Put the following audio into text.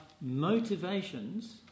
motivations